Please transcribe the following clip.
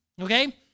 okay